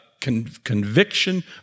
conviction